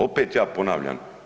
Opet ja ponavljam.